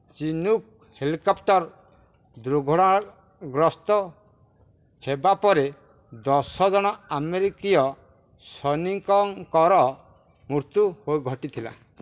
Chinook helicopter ଦୁର୍ଘଟଣାଗ୍ରସ୍ତ ହେବା ପରେ ଦଶ ଜଣ ଆମେରିକୀୟ ସୈନିକଙ୍କର ମୃତ୍ୟୁ ଘଟିଥିଲା